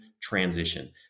transition